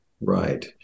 Right